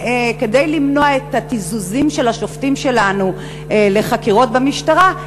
כדי למנוע את התיזוזים של השופטים שלנו לחקירות במשטרה,